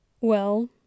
Well